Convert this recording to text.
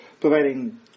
providing